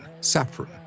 saffron